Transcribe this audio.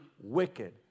wicked